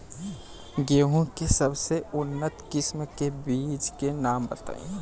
गेहूं के सबसे उन्नत किस्म के बिज के नाम बताई?